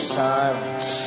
silence